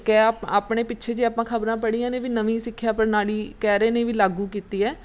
ਕਿ ਆਪ ਆਪਣੇ ਪਿੱਛੇ ਜੇ ਆਪਾਂ ਖਬਰਾਂ ਪੜ੍ਹੀਆਂ ਨੇ ਵੀ ਨਵੀਂ ਸਿੱਖਿਆ ਪ੍ਰਣਾਲੀ ਕਹਿ ਰਹੇ ਨੇ ਵੀ ਲਾਗੂ ਕੀਤੀ ਹੈ